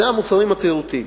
אלה המוצרים התיירותיים.